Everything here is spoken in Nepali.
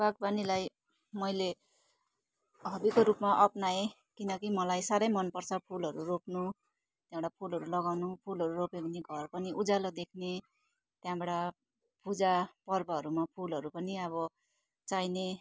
बागवानीलाई मैले हबीको रूपमा अपनाए किनकि मलाई साह्रै मनपर्छ फुलहरू रोप्नु त्यहाँबाट फुलहरू लगाउनु फुलहरू रोप्यो भने घर पनि उज्यालो देख्ने त्यहाँबाट पूजा पर्वहरूमा फुलहरू पनि अब चाहिने